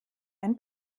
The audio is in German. ein